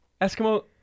Eskimo